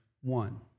one